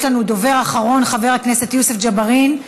יש לנו דובר אחרון, חבר הכנסת יוסף ג'בארין.